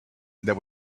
that